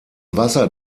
wasser